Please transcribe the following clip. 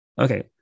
Okay